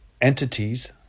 entities